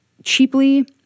cheaply